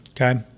okay